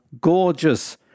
gorgeous